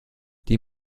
die